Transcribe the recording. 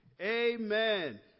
Amen